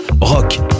Rock